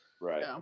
Right